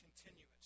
continuous